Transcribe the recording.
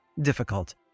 difficult